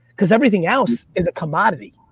because everything else is a commodity.